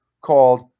called